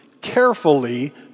carefully